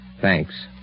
Thanks